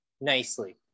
nicely